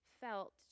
felt